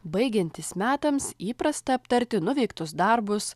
baigiantis metams įprasta aptarti nuveiktus darbus